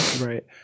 right